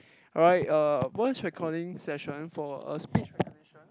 alright uh voice recording session for a speech recognition